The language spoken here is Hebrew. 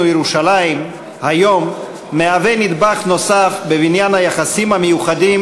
ירושלים היום מהווה נדבך נוסף בבניין היחסים המיוחדים